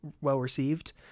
well-received